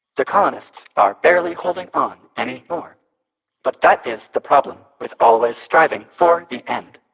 the colonists are barely holding on anymore but that is the problem with always striving for the end.